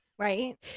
Right